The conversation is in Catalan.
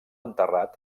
enterrat